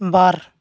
ᱵᱟᱨ